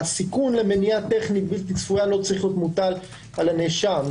הסיכון למניעה טכנית בלתי צפויה לא צריך להיות מוטל על הנאשם.